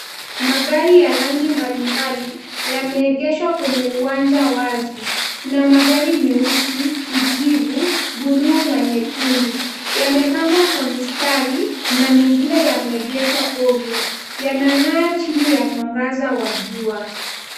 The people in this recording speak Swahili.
Magari ya rangi mbalimbali yameegeshwa kwenye uwanja wazi. Kuna magari meusi, kijivu, buluu na nyekundu. Yamepangwa kwa mistari na mengine yameegeshwa ovyo. Yanang'aa chini ya mwangaza wa jua.